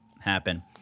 happen